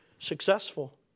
successful